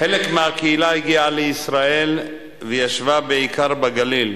חלק מהקהילה הגיע לישראל, וישב בעיקר בגליל.